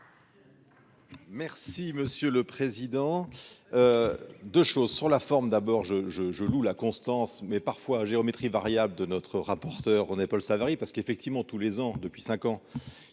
Merci monsieur le président, de choses sur la forme, d'abord je je je loue la constance mais parfois à géométrie variable de notre rapporteur, René-Paul Savary parce qu'effectivement, tous les ans depuis 5 ans,